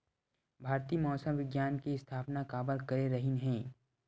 भारती मौसम विज्ञान के स्थापना काबर करे रहीन है?